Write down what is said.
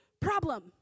problem